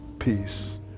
peace